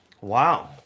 wow